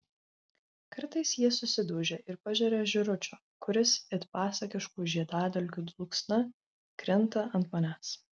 kartais jie susidaužia ir pažeria žėručio kuris it pasakiškų žiedadulkių dulksna krinta ant manęs